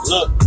Look